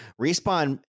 Respawn